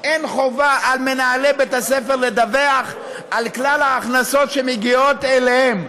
אין חובה על מנהלי בתי-ספר לדווח על כלל ההכנסות שמגיעות אליהם.